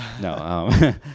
No